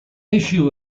issue